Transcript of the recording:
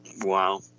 Wow